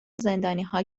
زندانیها